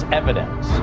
evidence